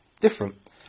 different